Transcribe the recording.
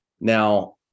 Now